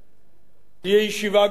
תהיה ישיבה גם היום אחר-הצהריים.